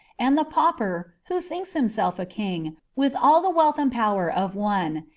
and the pauper, who thinks himself a king, with all the wealth and power of one,